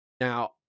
Now